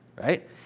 Right